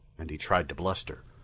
and he tried to bluster.